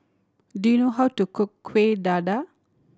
do you know how to cook Kueh Dadar